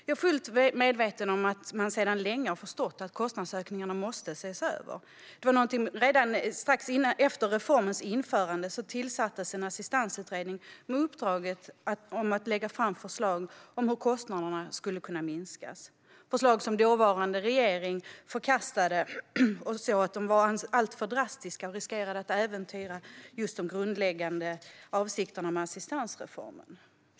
Jag är fullt medveten om att man sedan länge har förstått att kostnadsökningarna måste ses över. Redan strax efter reformens införande tillsattes en assistansutredning med uppdrag att lägga fram förslag om hur kostnaderna skulle kunna minska. Förslagen förkastades av dåvarande regering, som ansåg att de var alltför drastiska och riskerade att äventyra de grundläggande avsikterna med assistansreformen.